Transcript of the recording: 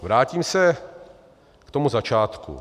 Vrátím se k tomu začátku.